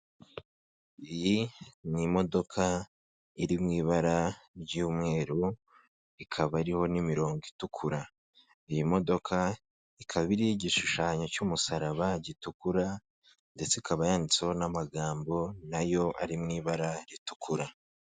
Iyi ni imodoka iri mu ibara ry'umweru, ikaba iriho n'imirongo itukura, iyi modoka ikaba iriho igishushanyo cy'umusaraba gitukura ndetse ikaba yanditseho n'amagambo nayo ari mu ibara ritukura.